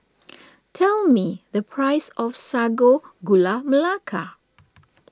tell me the price of Sago Gula Melaka